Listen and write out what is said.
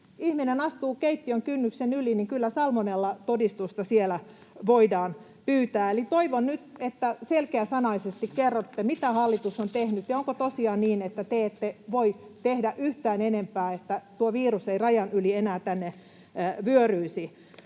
ihminen astuu keittiön kynnyksen yli, niin kyllä salmonellatodistusta voidaan pyytää. Eli toivon nyt, että selkeäsanaisesti kerrotte, mitä hallitus on tehnyt, ja onko tosiaan niin, että te ette voi tehdä yhtään enempää, että tuo virus ei rajan yli enää tänne vyöryisi?